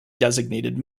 designated